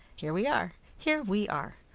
here we are! here we are!